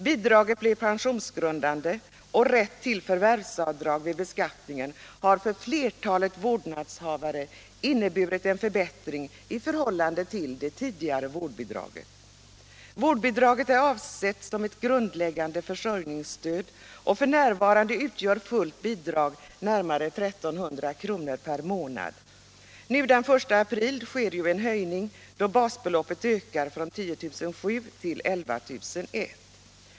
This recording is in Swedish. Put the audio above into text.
Bidraget blev pensionsgrundande, och rätt till förvärvsavdrag vid beskattningen har för flertalet vårdnadshavare inneburit en förbättring i förhållande till det tidigare vårdbidraget. Vårdbidraget är avsett som ett grundläggande försörjningsstöd, och f.n. utgör fullt bidrag närmare 1300 kr. per månad. Den 1 april sker en höjning, då basbeloppet ökar från 10 700 till 11 100.